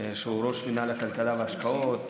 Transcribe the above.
שהוא ראש מינהל הכלכלה וההשקעות,